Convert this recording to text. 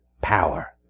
power